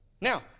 Now